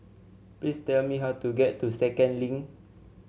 please tell me how to get to Second Link